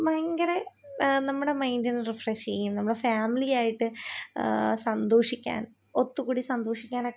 ഭയങ്കര നമ്മുടെ മൈൻ്റിനെ റിഫ്രേഷ് ചെയ്യും ഫാമിലി ആയിട്ട് സന്തോഷിക്കാൻ ഒത്തുകൂടി സന്തോഷിക്കാനൊക്കെ